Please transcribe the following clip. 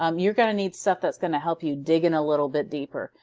um you're going to need stuff that's going to help you dig in a little bit deeper.